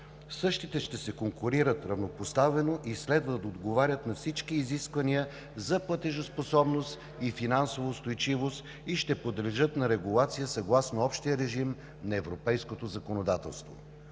Същите ще се конкурират равнопоставено и следва да отговарят на всички изисквания за платежоспособност, финансова устойчивост и ще подлежат на регулация съгласно общия режим на европейското законодателство.